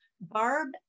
Barb